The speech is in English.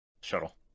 shuttle